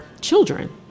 children